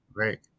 right